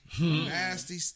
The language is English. nasty